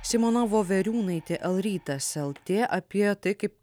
simona voveriūnaitė lrytas lt apie tai kaip